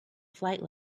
flight